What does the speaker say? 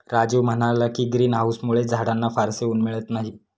राजीव म्हणाला की, ग्रीन हाउसमुळे झाडांना फारसे ऊन मिळत नाही